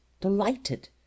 delighted